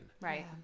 Right